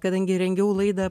kadangi rengiau laidą